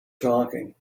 talking